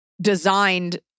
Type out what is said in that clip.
designed